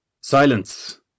Silence